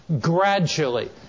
gradually